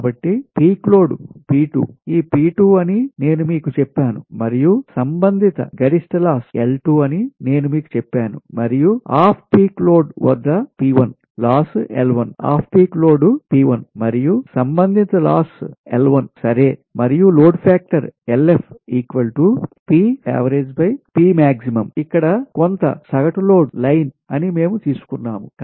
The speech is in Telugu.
కాబట్టి పీక్ లోడ్ P2 ఈ P2 అని నేను మీకు చెప్పాను మరియు సంబంధిత గరిష్ట లాస్ L2 అని నేను మీకు చెప్పాను మరియు ఆఫ్ పీక్ లోడ్ వద్ద P1 loss L1 off peak load P1 మరియు సంబంధిత లాస్ L1 సరే మరియు లోడ్ ఫాక్టర్ LF ఇక్కడ ఇది కొంత సగటు లోడ్ లైన్ అని మేము తీసుకున్నాము